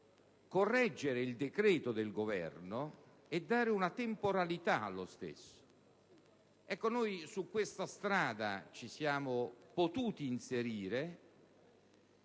Correggere il decreto del Governo e dare una temporaneità allo stesso. Su questa strada noi ci siamo potuti inserire